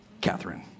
Catherine